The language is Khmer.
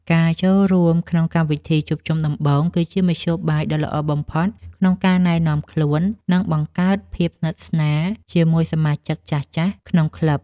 ការចូលរួមក្នុងកម្មវិធីជួបជុំដំបូង គឺជាមធ្យោបាយដ៏ល្អបំផុតក្នុងការណែនាំខ្លួន និងបង្កើតភាពស្និទ្ធស្នាលជាមួយសមាជិកចាស់ៗក្នុងក្លឹប។